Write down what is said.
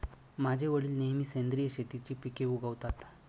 माझे वडील नेहमी सेंद्रिय शेतीची पिके उगवतात